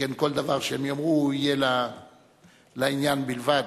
שכן כל דבר שיאמרו יהיה לעניין בלבד.